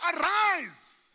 arise